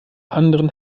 anderen